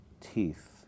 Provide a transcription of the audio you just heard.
teeth